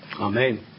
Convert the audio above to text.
Amen